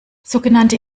sogenannte